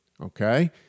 Okay